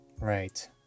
Right